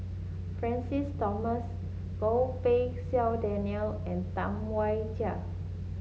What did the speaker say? Francis Thomas Goh Pei Siong Daniel and Tam Wai Jia